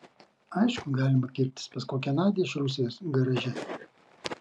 aišku galima kirptis pas kokią nadią iš rusijos garaže